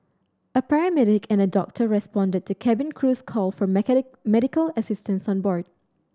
a paramedic and a doctor responded to cabin crew's call for medical assistance on board